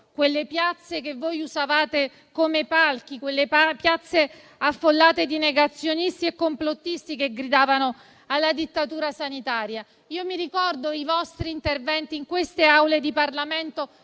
quelle piazze che voi usavate come palchi, quelle piazze affollate di negazionisti e complottisti, che gridavano alla dittatura sanitaria. Mi ricordo i vostri interventi in queste Aule di Parlamento,